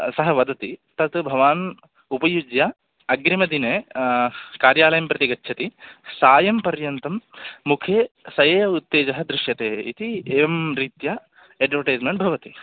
सः वदति तत् भवान् उपयुज्य अग्रिमदिने कार्यालयं प्रति गच्छति सायं पर्यन्तं मुखे स एव उत्तेजः दृश्यते इति एवं रीत्या अड्वोटैस्मेण्ट् भवति